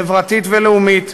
חברתית ולאומית,